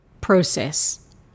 process